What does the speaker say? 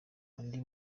andi